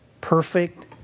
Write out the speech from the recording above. perfect